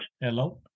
Hello